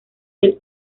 del